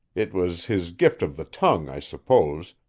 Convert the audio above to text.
it was his gift of the tongue, i suppose,